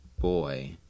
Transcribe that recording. Boy